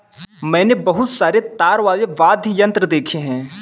मैंने बहुत सारे तार वाले वाद्य यंत्र देखे हैं